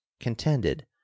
contended